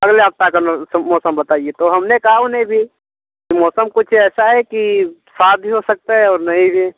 अगले हफ़्ते का मौसम बताइए तो हम ने कहा उन्हें भी कि मौसम कुछ ऐसा है कि साफ़ भी हो सकता है और नहीं भी